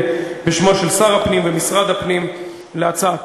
בשמם של שר הפנים ומשרד הפנים על ההצעה